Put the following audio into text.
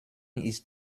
ist